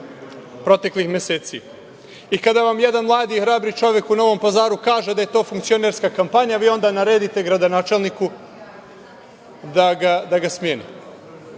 proteklih meseci i kada vam jedan mladi, hrabri čovek u Novom Pazaru kaže da je to funkcionerska kampanja, vi onda naredite gradonačelniku da ga smeni. Mi